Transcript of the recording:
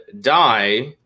die